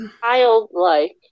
childlike